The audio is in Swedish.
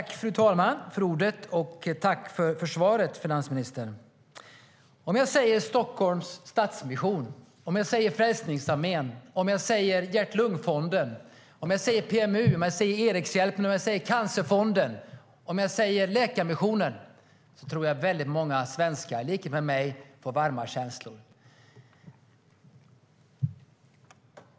Fru talman! Jag tackar finansministern för svaret. Om jag säger Stockholms Stadsmission, Frälsningsarmén, Hjärt-Lungfonden, PMU, Erikshjälpen, Cancerfonden eller Läkarmissionen tror jag att väldigt många svenskar med mig får varma känslor.